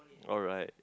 alright